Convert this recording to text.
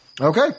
Okay